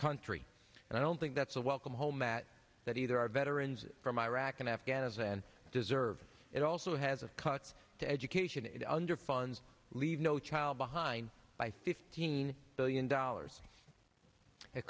country and i don't think that's a welcome home at that either our veterans from iraq and afghanistan deserve it also has of cuts to education and underfund leave no child behind by fifteen billion dollars it